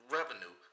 Revenue